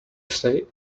stay